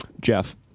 Jeff